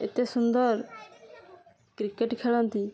ଏତେ ସୁନ୍ଦର କ୍ରିକେଟ ଖେଳନ୍ତି